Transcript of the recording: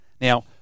Now